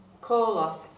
call-off